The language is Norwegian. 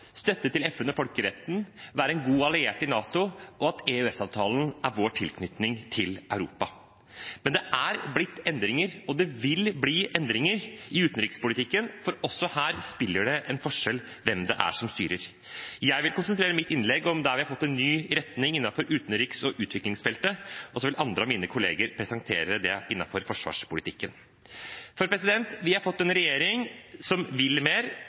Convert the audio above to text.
støtte til FN og folkeretten, å være en god alliert i NATO, og at EØS-avtalen er vår tilknytning til Europa. Men det er blitt og vil bli endringer i utenrikspolitikken, for også her spiller det en rolle hvem det er som styrer. Jeg vil konsentrere mitt innlegg om der vi har fått en ny retning innenfor utenriks- og utviklingsfeltet, og så vil andre av mine kollegaer presentere det som er innenfor forsvarspolitikken. Vi har fått en regjering som vil mer,